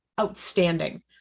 outstanding